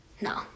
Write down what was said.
No